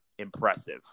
impressive